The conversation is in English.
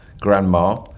grandma